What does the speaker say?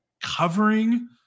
covering